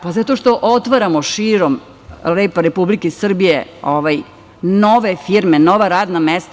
Pa, zato što otvaramo širom lepe Republike Srbije nove firme, nova radna mesta.